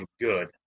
good